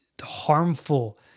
harmful